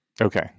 Okay